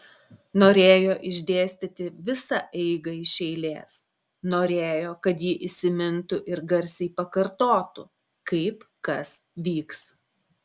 norėjo išdėstyti visą eigą iš eilės norėjo kad ji įsimintų ir garsiai pakartotų kaip kas vyks